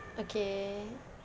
okay